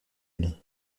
une